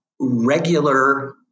regular